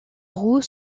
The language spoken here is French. roues